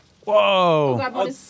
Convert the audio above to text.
Whoa